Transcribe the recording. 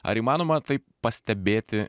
ar įmanoma tai pastebėti